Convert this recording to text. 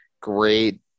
great